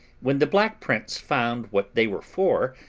when the black prince found what they were for,